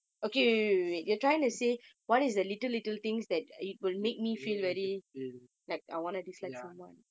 make you feel ya